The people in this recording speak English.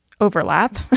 overlap